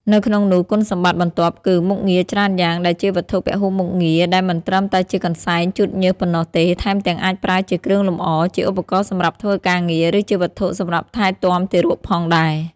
នៅក្នុងនោះគុណសម្បត្តិបន្ទាប់គឺ មុខងារច្រើនយ៉ាងដែលជាវត្ថុពហុមុខងារដែលមិនត្រឹមតែជាកន្សែងជូតញើសប៉ុណ្ណោះទេ ថែមទាំងអាចប្រើជាគ្រឿងលម្អ ជាឧបករណ៍សម្រាប់ធ្វើការងារ ឬជាវត្ថុសម្រាប់ថែទាំទារកផងដែរ។